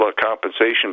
compensation